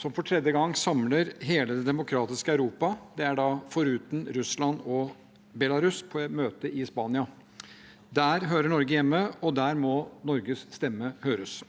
som for tredje gang samler hele det demokratiske Europa – foruten Russland og Belarus – på et møte i Spania. Der hører Norge hjemme, og der må Norges stemme høres.